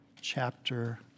chapter